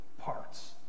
parts